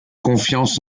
confiance